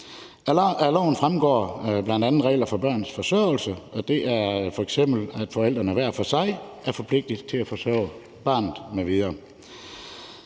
loven fremgår bl.a. regler for børns forsørgelse. Det er f.eks., at forældrene hver for sig er forpligtet til at forsørge barnet m.v.